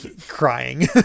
crying